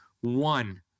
one